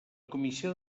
comissió